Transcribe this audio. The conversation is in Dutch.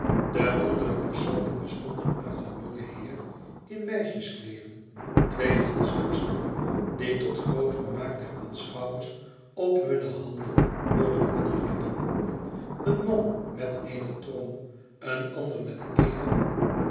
de andere personen bestonden uit een jongen heer in meisjeskleeren twee hansworsten die tot groot vermaak der aanschouwers op hunne handen door de modder liepen een man met eene trom een ander met eene